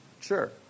Sure